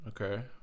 Okay